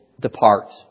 depart